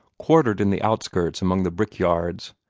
quartered in the outskirts among the brickyards,